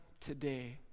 today